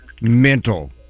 mental